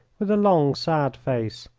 with a long, sad face.